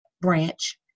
branch